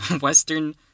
Western